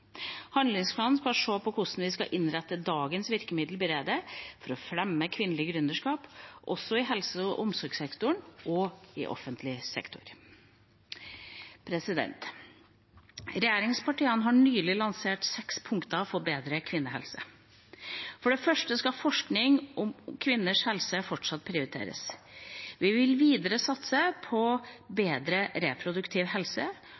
Handlingsplanen skal se på hvordan vi kan innrette dagens virkemidler bedre for å fremme kvinnelig gründerskap, også i helse- og sosialsektoren og i offentlig sektor. Regjeringspartiene har nylig lansert seks punkter for bedre kvinnehelse. For det første skal forskning om kvinners helse fortsatt prioriteres. Vi vil videre satse på bedre reproduktiv helse